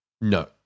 No